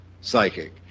psychic